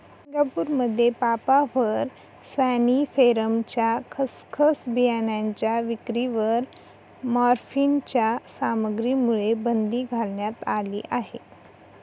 सिंगापूरमध्ये पापाव्हर सॉम्निफेरमच्या खसखस बियाणांच्या विक्रीवर मॉर्फिनच्या सामग्रीमुळे बंदी घालण्यात आली आहे